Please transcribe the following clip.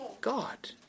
God